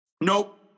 Nope